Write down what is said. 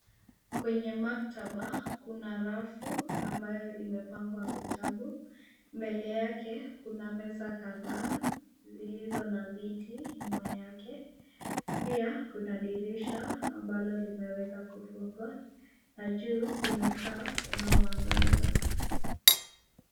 Kwenye maktaba , kuna rafu ambayo imepangwa vitabu. Mbele yake, kuna meza kadhaa zilizo na viti nyuma yake. Pia, kuna dirisha ambalo limeweza kufungwa na juu kuna taa unaoangaza.